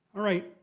ah right.